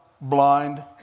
blind